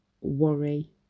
worry